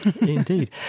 Indeed